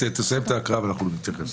תסיים את ההקראה ואנחנו נתייחס.